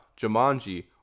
Jumanji